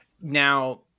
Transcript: Now